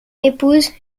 épouse